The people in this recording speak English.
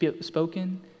spoken